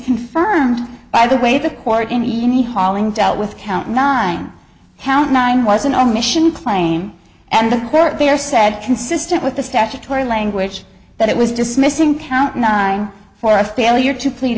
confirmed by the way the court any any hauling dealt with count nine count nine was an omission claim and the court there said consistent with the statutory language that it was dismissing cow at nine for a failure to plead